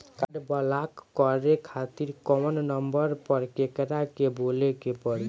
Card block करे खातिर कवना नंबर पर केकरा के बोले के परी?